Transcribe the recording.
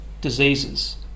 diseases